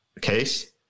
case